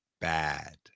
bad